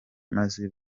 maze